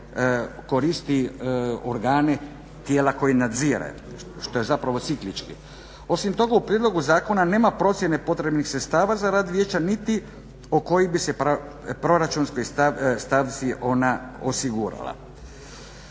koristi organe tijela koje nadzire. Što je zapravo ciklički. Osim toga u prijedlogu zakona nema procjene potrebnih sredstava za rad vijeća niti po kojoj bi se proračunskoj stavci ona osigurala.